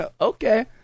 Okay